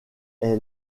est